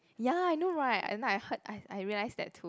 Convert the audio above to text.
ya I know right at night I heard I I realise that too